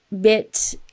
bit